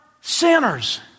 sinners